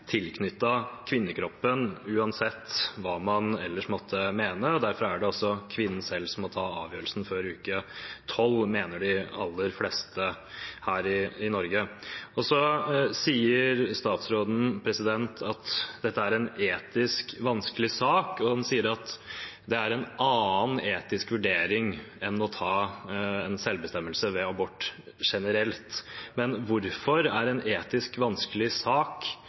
kvinnekroppen, uansett hva man ellers måtte mene. Derfor er det også kvinnen selv som må ta avgjørelsen før uke tolv, mener de aller fleste her i Norge. Statsråden sier at dette er en etisk vanskelig sak, og han sier at det er en annen etisk vurdering enn selvbestemmelse ved abort generelt. Men hvorfor er det at det er en etisk vanskelig sak